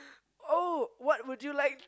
oh what would you like to